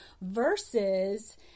versus